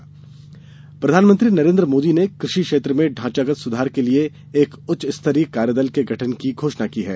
नीति आयोग प्रधानमंत्री नरेन्द्र मोदी ने कृषि क्षेत्र में ढांचागत सुधार के लिए एक उच्चस्तरीय कार्यदल के गठन की घोषणा की है